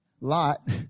Lot